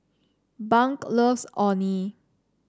Bunk loves Orh Nee